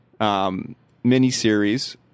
miniseries